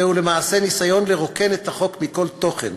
זהו למעשה ניסיון לרוקן את החוק מכל תוכן,